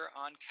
on